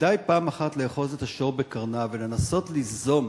שכדאי פעם אחת לאחוז את השור בקרניו ולנסות ליזום,